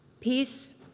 Peace